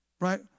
Right